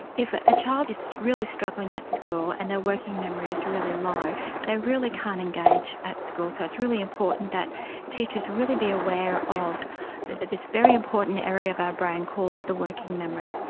if a child is really struggling at school and their working memory is really low they really can't engage at school, so it's really important that teachers really be aware of this very important area of our brain called the working memory.